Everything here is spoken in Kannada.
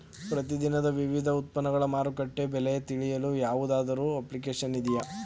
ಪ್ರತಿ ದಿನದ ವಿವಿಧ ಉತ್ಪನ್ನಗಳ ಮಾರುಕಟ್ಟೆ ಬೆಲೆ ತಿಳಿಯಲು ಯಾವುದಾದರು ಅಪ್ಲಿಕೇಶನ್ ಇದೆಯೇ?